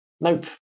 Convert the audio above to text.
nope